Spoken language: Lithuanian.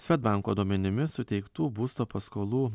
svedbanko duomenimis suteiktų būsto paskolų